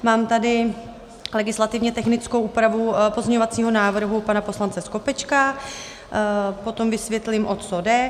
Mám tady legislativně technickou úpravu pozměňovacího návrhu pana poslance Skopečka, potom vysvětlím, o co jde.